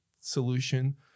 solution